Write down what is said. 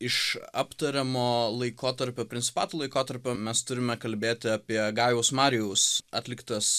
iš aptariamo laikotarpio principato laikotarpio mes turime kalbėti apie gajaus marijaus atliktas